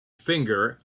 finger